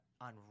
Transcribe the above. on